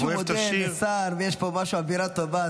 שהוא מודה לשר ויש פה אווירה טובה,